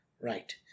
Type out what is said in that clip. Right